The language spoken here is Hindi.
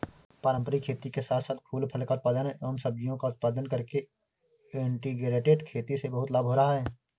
पारंपरिक खेती के साथ साथ फूल फल का उत्पादन एवं सब्जियों का उत्पादन करके इंटीग्रेटेड खेती से बहुत लाभ हो रहा है